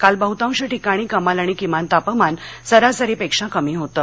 काल बहुतांश ठिकाणी कमाल आणि किमान तापमान सरासरी पेक्षा कमी होतं